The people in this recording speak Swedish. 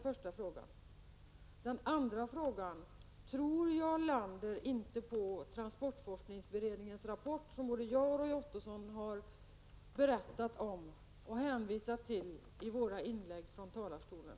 För det andra: Tror Jarl Lander inte på transportforskningsberedningens rapport, som både jag och Roy Ottosson har berättat om och hänvisat till i våra inlägg från talarstolen?